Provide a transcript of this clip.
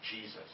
Jesus